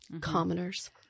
Commoners